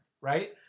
right